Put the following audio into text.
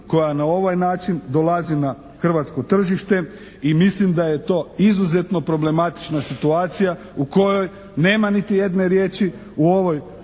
koja na ovaj način dolazi na hrvatsko tržište i mislim da je to izuzetno problematična situacija u kojoj nema niti jedne riječi u ovoj